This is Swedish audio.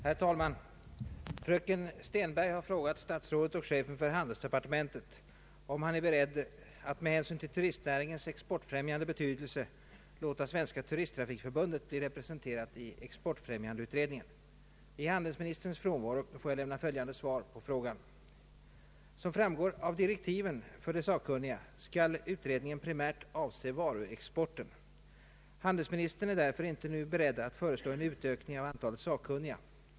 Herr talman! Fröken Stenberg har frågat statsrådet och chefen för handelsdepartementet om han är beredd att med hänsyn till turistnäringens exportfrämjande betydelse låta Svenska turisttrafikförbundet bli representerat i exportfrämjandeutredningen. I handelsministerns frånvaro får jag lämna följande svar på frågan. Som framgår av direktiven för de sakkunniga skall utredningen primärt avse varuexporten. Handelsministern är därför inte nu beredd föreslå en utökning av antalet sakkunniga.